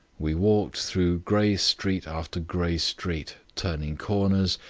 we walked through grey street after grey street, turning corners,